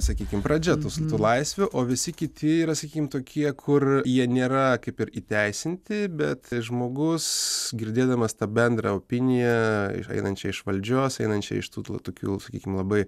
sakykim pradžia tos tų laisvių o visi kiti yra sakykim tokie kur jie nėra kaip ir įteisinti bet žmogus girdėdamas tą bendrą opiniją einančią iš valdžios einančią iš tų tokių sakykim labai